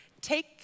Take